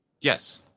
Yes